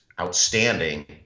outstanding